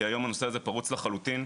כי היום הנושא הזה פרוץ לחלוטין.